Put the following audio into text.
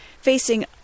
Facing